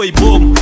boom